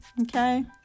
Okay